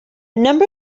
number